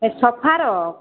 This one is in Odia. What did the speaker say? ସୋଫାର